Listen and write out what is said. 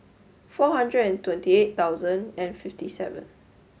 four hundred and twenty eight thousand and fifty seven